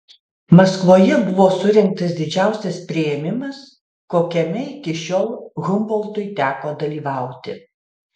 maskvoje buvo surengtas didžiausias priėmimas kokiame iki šiol humboltui teko dalyvauti